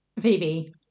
Phoebe